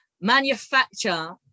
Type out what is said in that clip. manufacture